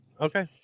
okay